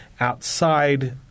outside